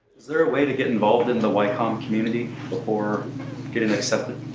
is there a way to get involved in the y com, community before getting accepted?